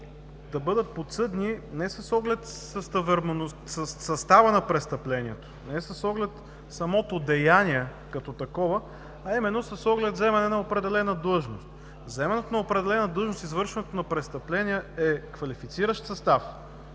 да бъдат подсъдни не с оглед състава на престъплението, не с оглед самото деяние като такова, а именно с оглед заемане на определена длъжност. Заемането на определена длъжност и извършването на престъпление е квалифициращ състав